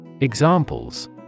Examples